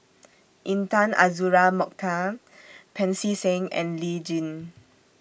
Intan Azura Mokhtar Pancy Seng and Lee Tjin